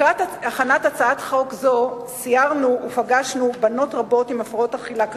לקראת הכנת הצעת חוק זו סיירנו ופגשנו בנות רבות עם הפרעות אכילה קשות.